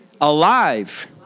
alive